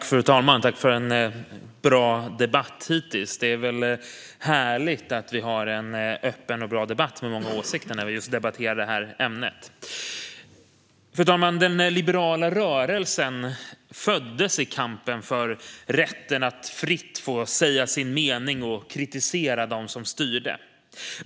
Fru talman! Jag tackar för en bra debatt hittills. Det är härligt att vi har en öppen och bra debatt med många åsikter när vi debatterar just detta ämne. Fru talman! Den liberala rörelsen föddes i kampen för rätten att fritt få säga sin mening och kritisera dem som styrde.